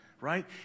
right